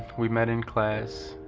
we met in class.